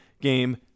game